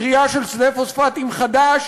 כרייה של שדה פוספטים חדש,